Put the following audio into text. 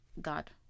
God